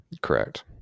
correct